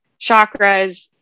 chakras